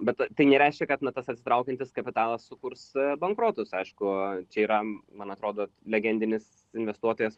bet tai nereiškia kad na tas atsitraukiantis kapitalas sukurs bankrotus aišku čia yra man atrodo legendinis investuotojas